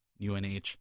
UNH